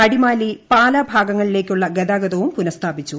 അടിമാലി പാല ഭാഗങ്ങളിലേയ്ക്കുള്ള ഗതാഗതവും പുനസ്ഥാപിച്ചു